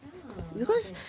mm not bad